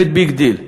באמת ביג דיל.